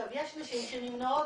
יש נשים שנמנעות,